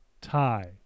tie